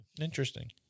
Interesting